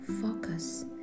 focus